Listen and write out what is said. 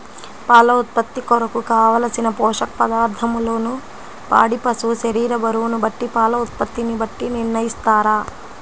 పాల ఉత్పత్తి కొరకు, కావలసిన పోషక పదార్ధములను పాడి పశువు శరీర బరువును బట్టి పాల ఉత్పత్తిని బట్టి నిర్ణయిస్తారా?